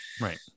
Right